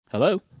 Hello